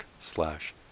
slash